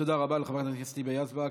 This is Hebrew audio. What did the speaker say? תודה רבה לחברת הכנסת היבה יזבק.